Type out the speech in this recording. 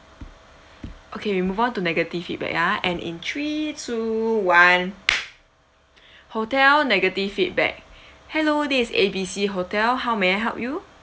okay we move on to negative feedback ah and in three two one hotel negative feedback hello this A B C hotel how may I help you